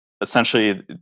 Essentially